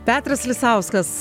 petras lisauskas